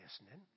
listening